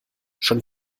schon